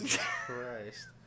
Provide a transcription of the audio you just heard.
Christ